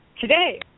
today